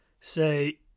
say